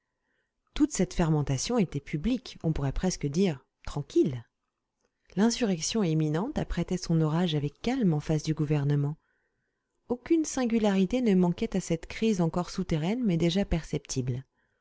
toute cette fermentation était publique on pourrait presque dire tranquille l'insurrection imminente apprêtait son orage avec calme en face du gouvernement aucune singularité ne manquait à cette crise encore souterraine mais déjà perceptible